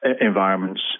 environments